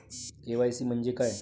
KYC म्हंजे काय?